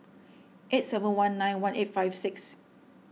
eight seven one nine one eight five six